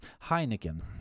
Heineken